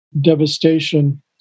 devastation